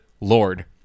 Lord